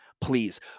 please